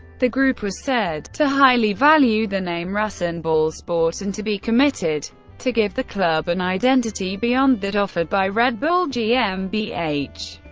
the group was said to highly value the name rasenballsport and to be committed to give the club an identity beyond that offered by red bull gmbh.